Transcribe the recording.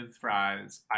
fries